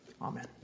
Amen